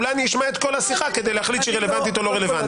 אולי אני אשמע את כל השיחה כדי להחליט שהיא רלוונטית או לא רלוונטית.